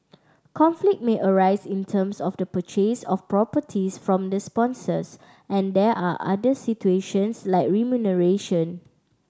conflict may arise in terms of the purchase of properties from the sponsors and there are other situations like remuneration